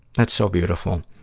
that's so beautiful.